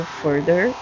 further